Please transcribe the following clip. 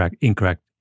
incorrect